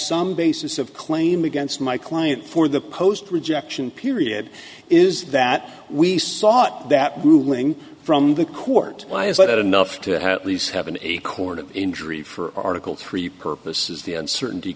some basis of claim against my client for the post rejection period is that we sought that ruling from the court why isn't it enough to have at least have in a court of injury for article three purposes the uncertainty